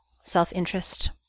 self-interest